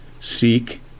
seek